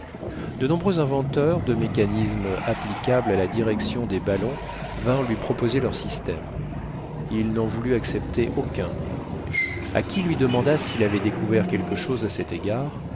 de nombreux inventeurs de mécanismes applicables à la direction des ballons vinrent lui proposer leur système il n'en voulut accepter aucun a qui lui demanda s'il avait découvert quelque chose à cet égard